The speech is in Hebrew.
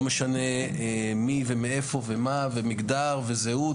לא משנה מי ומאיפה ומה ומגדר וזהות.